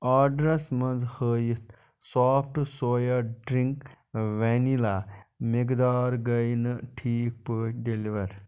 آرڈرَس منٛز ہٲوِتھ سافٹ سویا ڈرِنٛک وینیٖلا مٮ۪قدار گٔیہِ نہٕ ٹھیٖک پٲٹھۍ ڈیلیور